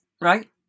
right